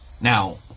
Now